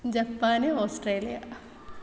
Japan Australia